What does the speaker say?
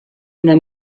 una